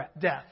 death